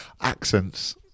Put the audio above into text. Accents